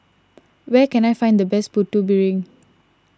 where can I find the best Putu Piring